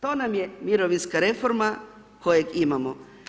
To vam je mirovinska reforma koje imamo.